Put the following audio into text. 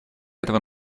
этого